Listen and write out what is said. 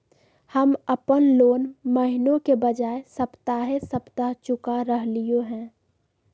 हम अप्पन लोन महीने के बजाय सप्ताहे सप्ताह चुका रहलिओ हें